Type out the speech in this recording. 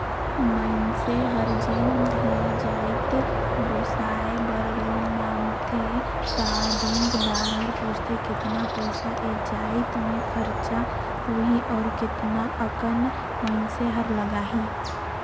मइनसे हर जेन भी जाएत बिसाए बर लोन मांगथे त बेंकदार हर पूछथे केतना पइसा ए जाएत में खरचा होही अउ केतना अकन मइनसे हर लगाही